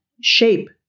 shape